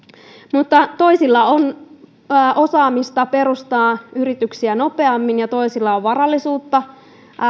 mutta toisilla on osaamista perustaa yrityksiä nopeammin ja toisilla on varallisuutta